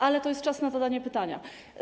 Ale to jest czas na zadanie pytania.